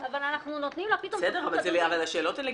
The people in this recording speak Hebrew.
אבל השאלות הן לגיטימיות,